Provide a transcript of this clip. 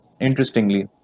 interestingly